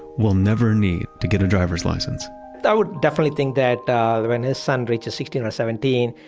will never need to get a driver's license i would definitely think that when his son reaches sixteen or seventeen,